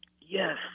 Yes